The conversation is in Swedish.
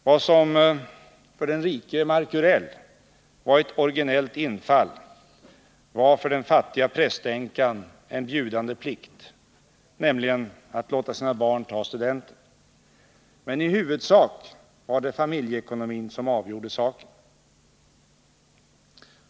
Vad som för den rike Markurell var ett originellt infall var för den fattiga prästänkan en bjudande plikt, nämligen att låta sina barn ta studenten. Meni huvudsak var det familjeekonomin som avgjorde saken.